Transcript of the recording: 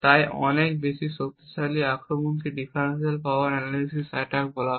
তাই অনেক বেশি শক্তিশালী আক্রমণকে ডিফারেনশিয়াল পাওয়ার অ্যানালাইসিস অ্যাটাক বলা হয়